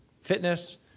fitness